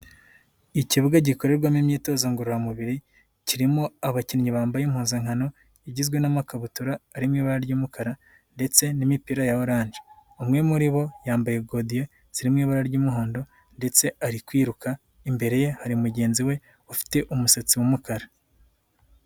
Ikibuga gikorerwamo imyitozo ngororamubiri, kirimo abakinnyi bambaye impuzankano, igizwe n'amakabutura arimo ibara ry'umukara, ndetse n'imipira ya orange. Umwe muri bo yambaye godiyo zirimo ibara ry'umuhondo, ndetse ari kwiruka, imbere ye hari mugenzi we ufite umusatsi w'umukara.